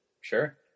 Sure